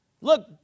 Look